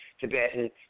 Tibetan